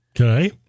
Okay